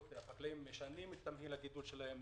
שהחקלאים משנים את תמהיל הגידול שלהם,